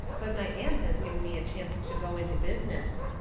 but my aunt has given me a chancet to go into business.